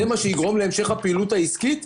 זה מה שיגרום להמשך הפעילות העסקית?